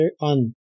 on